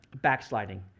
backsliding